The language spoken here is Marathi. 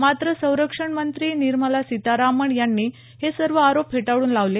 मात्र संरक्षण मंत्री निर्मला सीतारामन यांनी हे सर्व आरोप फेटाळून लावले